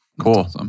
Cool